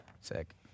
Sick